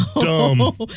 dumb